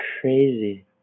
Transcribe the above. crazy